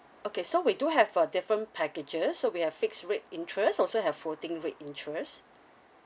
okay so we do have uh different packages so we have fixed rate interest also have floating rate interest